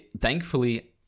thankfully